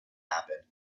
happen